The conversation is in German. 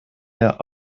der